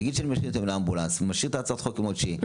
נגיד שאני משאיר את הצעת החוק כמו שהיא,